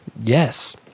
Yes